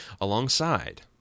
alongside